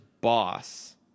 boss